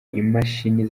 imashini